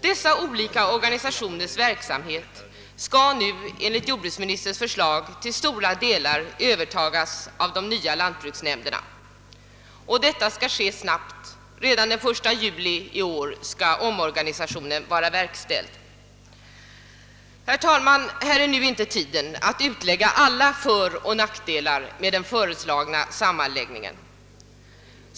Dessa olika organisationers verksamhet skall nu enligt jordbruksministerns förslag till stora delar övertagas av de nya lantbruksnämnderna. Detta skall ske snabbt; redan den 1 juli i år skall omorganisationen vara verkställd. Herr talman! Nu är inte tiden att utlägga alla föroch nackdelar med den föreslagna sammanläggningen.